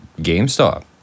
GameStop